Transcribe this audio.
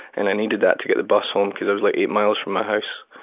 and i needed that to get the bus home, cause i was like eight miles from my house.